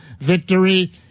victory